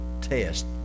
test